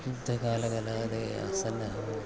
नृत्यकालकलादयः आसन्न